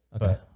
Okay